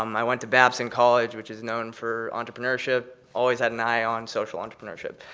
um i went to babson college, which is known for entrepreneurship, always had an eye on social entrepreneurship.